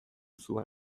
zuen